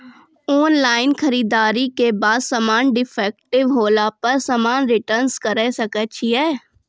Online खरीददारी के बाद समान डिफेक्टिव होला पर समान रिटर्न्स करे सकय छियै?